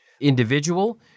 individual